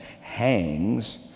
hangs